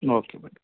okay but